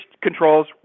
controls